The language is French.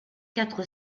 quatre